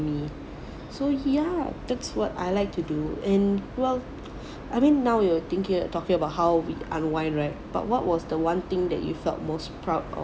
for me so ya that's what I like to do and well I mean now you are thinking talking about how we unwind right but what was the one thing that you felt most proud of